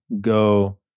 go